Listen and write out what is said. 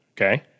Okay